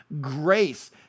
grace